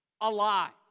alive